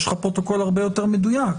ככה יהיה לך פרוטוקול הרבה יותר מדויק.